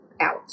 out